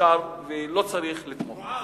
שאי-אפשר ולא צריך לתמוך בה.